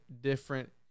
different